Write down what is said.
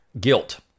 guilt